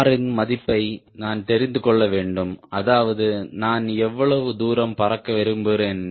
R இன் மதிப்பை நான் தெரிந்து கொள்ள வேண்டும் அதாவது நான் எவ்வளவு தூரம் பறக்க விரும்புகிறேன் என்று